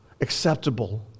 acceptable